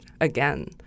again